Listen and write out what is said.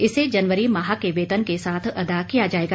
इसे जनवरी माह के वेतन के साथ अदा किया जाएगा